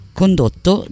condotto